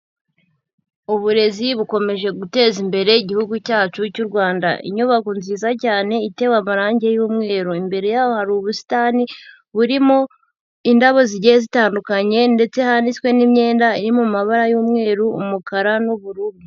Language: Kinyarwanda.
Uburezi bukomeje guteza imbere Igihugu cyacu cy'u Rwanda, inyubako nziza cyane itewe amarange y'umweru, imbere yaho hari ubusitani burimo indabo zigiye zitandukanye ndetse hanitswe n'imyenda iri mu mabara y'umweru, umukara n'ubururu.